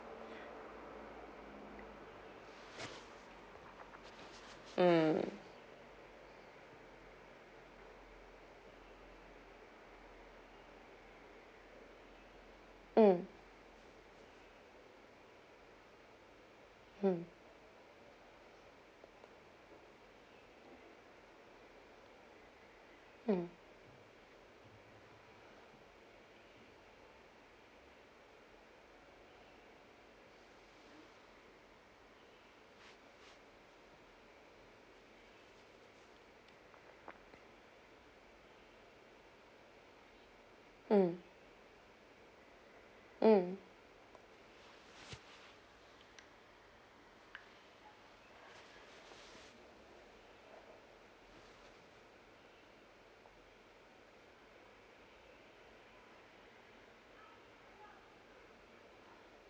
mm mm mm mm mm